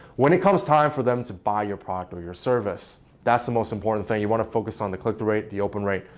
when it comes time for them to buy your product or your service, that's the most important thing. you want to focus on the click through rate, the open rate,